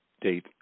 date